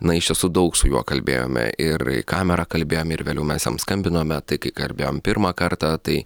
na iš tiesų daug su juo kalbėjome ir į kamerą kalbėjom ir vėliau mes jam skambinome tai kai kalbėjom pirmą kartą tai